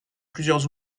plusieurs